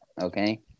Okay